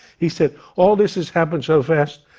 he said, all this has happened so fast,